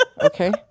Okay